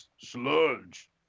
sludge